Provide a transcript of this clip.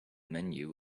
menu